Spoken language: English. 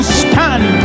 stand